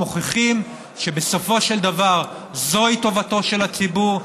מוכיחים שבסופו של דבר זוהי טובתו של הציבור,